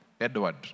Edward